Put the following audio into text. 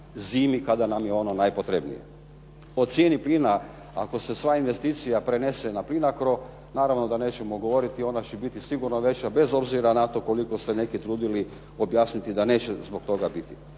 zimi kada nam je ono najpotrebnije. O cijeni plina ako se sva investicija prenese na Plinacro, naravno da nećemo govoriti, ona će biti sigurno veća bez obzira na to koliko se neki trudili objasniti da neće zbog toga biti.